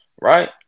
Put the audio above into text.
right